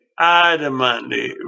adamantly